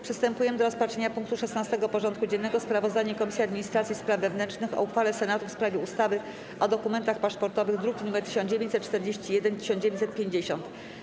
Przystępujemy do rozpatrzenia punktu 16. porządku dziennego: Sprawozdanie Komisji Administracji i Spraw Wewnętrznych o uchwale Senatu w sprawie ustawy o dokumentach paszportowych (druki nr 1941 i 1950)